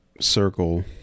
circle